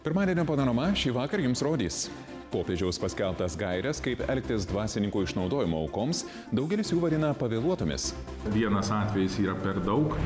pirmadienio panorama šįvakar jums rodys popiežiaus paskelbtas gaires kaip elgtis dvasininkų išnaudojimo aukoms daugelis jų vadina pavėluotomis vienas atvejis yra per daug